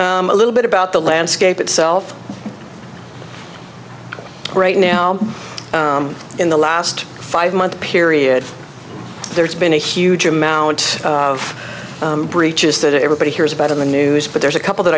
a little bit about the landscape itself right now in the last five month period there's been a huge amount of breaches that everybody hears about in the news but there's a couple that